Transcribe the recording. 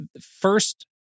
first—